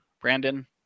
Brandon